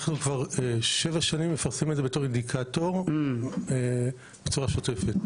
אנחנו כבר כשבע שנים מפרסמים את זה בתור אינדיקטור בצורה שוטפת.